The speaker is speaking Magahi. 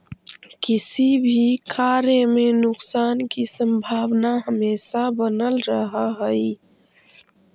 किसी भी कार्य में नुकसान की संभावना हमेशा बनल रहअ हई